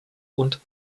und